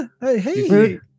Hey